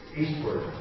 eastward